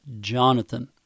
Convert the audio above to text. Jonathan